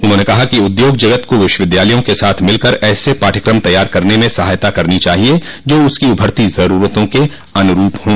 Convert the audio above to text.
उन्होंने कहा कि उद्योग जगत को विश्वविद्यालयों के साथ मिलकर ऐसे पाठयक्रम तैयार करने में सहायता करनी चाहिए जो उसकी उभरती ज़रूरतों के अनुरूप हों